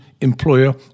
employer